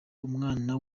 umwana